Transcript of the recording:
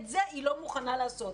את זה היא לא מוכנה לעשות,